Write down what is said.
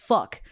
Fuck